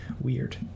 weird